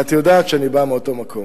ואת יודעת שאני בא מאותו מקום.